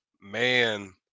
Man